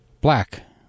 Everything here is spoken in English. black